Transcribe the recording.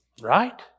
Right